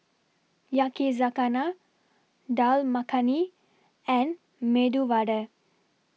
Yakizakana Dal Makhani and Medu Vada